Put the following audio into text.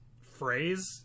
phrase